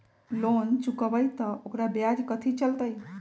Loan चुकबई त ओकर ब्याज कथि चलतई?